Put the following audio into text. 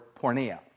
pornea